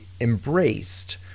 embraced